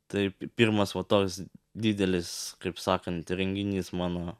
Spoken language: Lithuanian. tai pi pirmas va toks didelis kaip sakant renginys mano